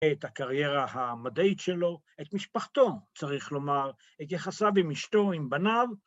‫את הקריירה המדעית שלו, ‫את משפחתו, צריך לומר, ‫את יחסיו עם אשתו, עם בניו.